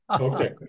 Okay